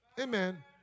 amen